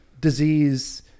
disease